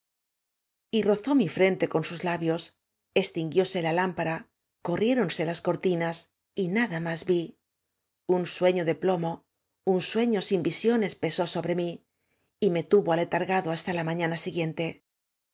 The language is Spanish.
rozó m i freo te con sus labios extin guióse la lám para corriéronse las cortinas y nada má vi un sueño de plomo un sueño sin visiones pesó sobre mc y me tuvo aletargado hasta ia mañaua siguiente